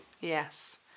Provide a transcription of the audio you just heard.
Yes